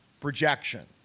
projection